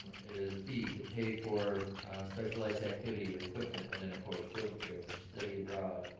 it is a fee to pay for specialized activity or equipment within a course, field trip, study abroad,